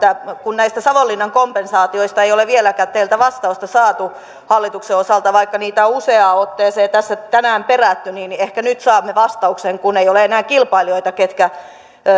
näistä savonlinnan kompensaatioista ei ole vieläkään vastausta saatu teiltä hallituksen osalta vaikka niitä on useaan otteeseen tässä tänään perätty ehkä nyt saamme vastauksen kun ei ole enää kilpailijoita ketkä